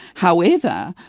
however,